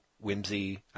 whimsy